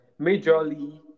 Majorly